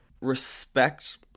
respect